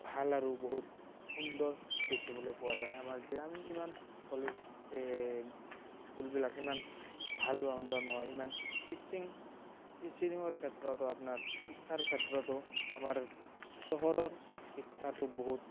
ভাল আৰু বহুত সুন্দৰ দেখিবলৈ পোৱা যায় আমাৰ গ্ৰামীণ ইমান কলেজ স্কুলবিলাক ইমান ভাল ধৰণৰ নহয় ইমান টিচ্ছিং টিচ্ছিঙৰ ক্ষেত্ৰতো আপোনাৰ শিক্ষাৰ ক্ষেত্ৰতো আমাৰ চহৰৰ শিক্ষাটো বহুত